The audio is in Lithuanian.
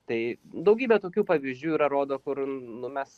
tai daugybė tokių pavyzdžių yra rodo kur nu mes